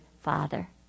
father